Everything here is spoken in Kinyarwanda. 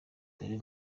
dore